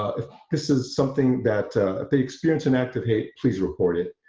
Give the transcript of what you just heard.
ah if this is something that if they experience an act of hate, please report it.